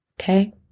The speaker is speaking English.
Okay